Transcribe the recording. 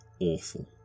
awful